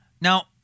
now